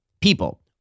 people